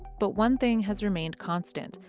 but one thing has remained constant.